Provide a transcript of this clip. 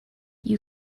you